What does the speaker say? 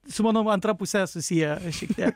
su mano antra puse susiję šiek tiek